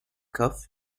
cough